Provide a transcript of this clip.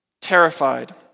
terrified